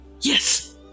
yes